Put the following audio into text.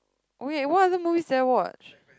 oh wait what other movies did I watch